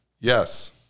Yes